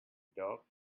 dog